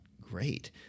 great